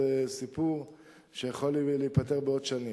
זה סיפור שיכול להיפתר בעוד שנים.